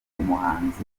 umuhanzi